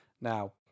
Now